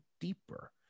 deeper